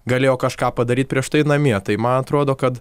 galėjo kažką padaryt prieš tai namie tai man atrodo kad